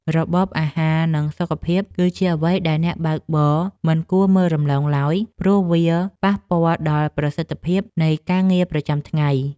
របបអាហារនិងសុខភាពគឺជាអ្វីដែលអ្នកបើកបរមិនគួរមើលរំលងឡើយព្រោះវាប៉ះពាល់ដល់ប្រសិទ្ធភាពនៃការងារប្រចាំថ្ងៃ។